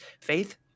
faith